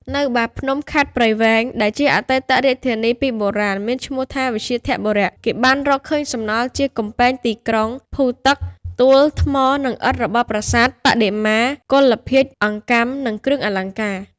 នៅបាភ្នំ ខេត្តព្រៃវែង ដែលជាអតីតរាជធានីពីបុរាណមានឈ្មោះថា វ្យាធបុរៈ គេបានរកឃើញសំណល់ជាកំពែងទីក្រុង ភូទឹក ទួល ថ្មនិងឥដ្ឋរបស់ប្រាសាទ បដិមា កុលាលភាជន៍អង្កាំនិង គ្រឿងអលង្ការ។